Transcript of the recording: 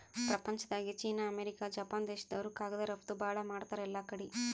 ಪ್ರಪಂಚ್ದಾಗೆ China, America, Japan ದೇಶ್ದವ್ರು ಕಾಗದ್ ರಫ್ತು ಭಾಳ್ ಮಾಡ್ತಾರ್ ಎಲ್ಲಾಕಡಿ